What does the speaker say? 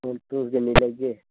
तुस किन्नी लैगे